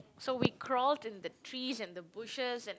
so we crawled in the trees and the bushes and